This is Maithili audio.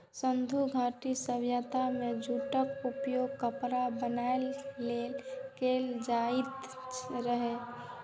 सिंधु घाटी सभ्यता मे जूटक उपयोग कपड़ा बनाबै लेल कैल जाइत रहै